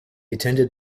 attended